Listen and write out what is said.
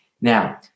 Now